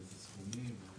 באיזה סכומים.